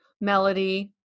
melody